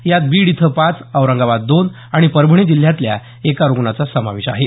यात बीड इथं पाच औरंगाबाद दोन आणि परभणी जिल्ह्यातल्या एका रुग्णाचा समावेश आहे